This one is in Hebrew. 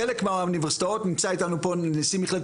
חלק מהאוניברסיטאות נמצא איתנו פה נשיא מכללת